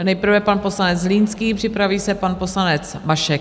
Nejprve pan poslanec Zlínský, připraví se pan poslanec Mašek.